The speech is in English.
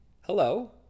hello